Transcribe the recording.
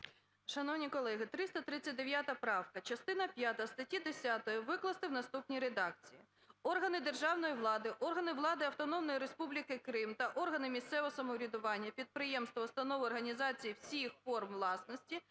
Шановні колеги, 339 правка. Частину п'яту статті 10 викласти в наступній редакції: "Органи державної влади, органи влади Автономної Республіки Крим та органи місцевого самоврядування, підприємства, установи, організації всіх форм власності